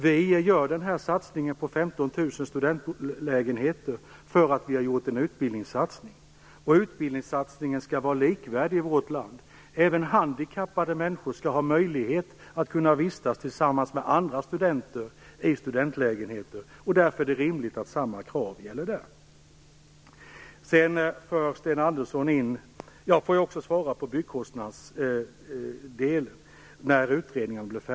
Vi gör denna satsning på 15 000 studentlägenheter därför att vi har gjort en utbildningssatsning. Den utbildningssatsningen skall vara likvärdig för alla i vårt land. Även handikappade människor skall ha möjlighet att vistas tillsammans med andra studenter i studentlägenheter, och därför är det rimligt att samma krav gäller för dessa.